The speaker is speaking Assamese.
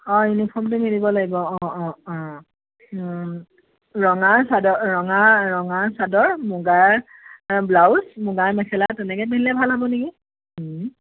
অ ইউনিফৰ্মটো মিলিব লাগিব অ অ অ ৰঙা চাদৰ ৰঙা ৰঙা চাদৰ মুগাৰ ব্লাউচ মুগাৰ মেখেলা তেনেকৈ পিন্ধিলে ভাল হ'ব নেকি